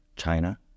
China